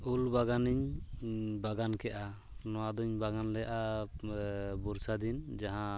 ᱩᱞ ᱵᱟᱜᱟᱱᱤᱧ ᱵᱟᱜᱟᱱ ᱠᱮᱫᱼᱟ ᱱᱚᱣᱟᱫᱚᱧ ᱵᱟᱜᱟᱱ ᱞᱮᱫᱼᱟ ᱵᱚᱨᱥᱟ ᱫᱤᱱ ᱡᱟᱦᱟᱸ